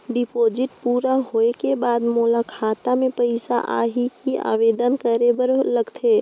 Deposit पूरा होय के बाद मोर खाता मे पइसा आही कि आवेदन करे बर लगथे?